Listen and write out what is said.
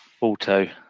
Auto